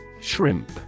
Shrimp